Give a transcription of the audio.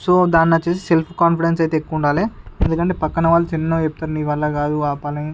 so దాన్ని వచ్చేసి self confidence అయితే ఎక్కువ ఉండాలి ఎందుకంటే పక్కన వాళ్ళు చిన్నగా చెప్తారు నీవల్ల కాదు ఆ పని